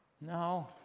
No